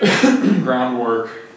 groundwork